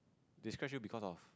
they scratch you because of